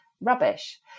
rubbish